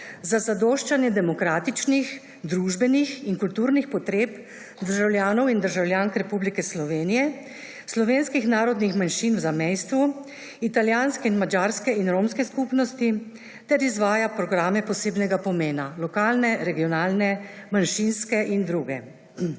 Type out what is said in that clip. za zadoščanje demokratičnih, družbenih in kulturnih potreb državljanov in državljank Republike Slovenije, slovenskih narodnih manjšin v zamejstvu, italijanske, madžarske in romske skupnosti ter izvaja programe posebnega pomena, lokalne, regionalne, manjšinske in druge.